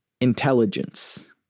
intelligence